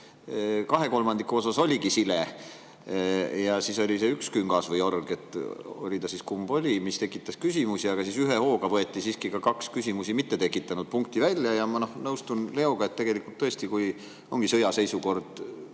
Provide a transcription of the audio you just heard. kaks kolmandikku oligi sile, aga siis oli see üks küngas või org – oli see siis, kumb ta oli –, mis tekitas küsimusi, aga ühe hooga võeti siiski ka kaks küsimusi mittetekitanud punkti välja. Ma nõustun Leoga, et tõesti, kui ongi sõjaseisukord,